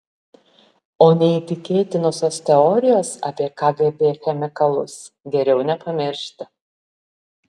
o neįtikėtinosios teorijos apie kgb chemikalus geriau nepamiršti